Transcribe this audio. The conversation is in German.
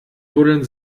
buddeln